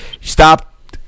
stop